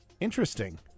interesting